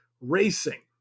racing